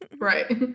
Right